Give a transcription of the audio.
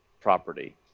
property